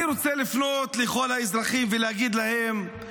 אני רוצה לפנות לכל האזרחים ולהגיד להם: